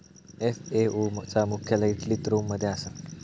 FAO चा मुख्यालय इटलीत रोम मध्ये असा